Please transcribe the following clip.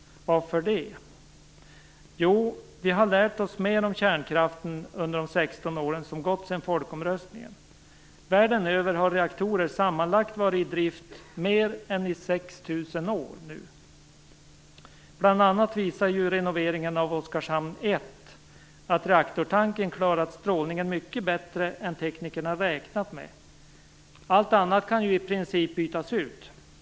Varför det? Jo vi har lärt oss mer om kärnkraften under de 16 år som har gått sedan folkomröstningen. Världen över har reaktorer varit i drift sammanlagt i mer än 6 000 år nu! Bl.a. visade ju renoveringen av Oskarshamn 1 att reaktortanken klarat strålningen mycket bättre än vad teknikerna räknat med. Allt annat kan i princip bytas ut.